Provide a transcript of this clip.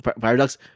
paradox